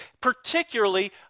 particularly